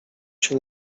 się